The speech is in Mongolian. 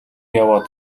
яваа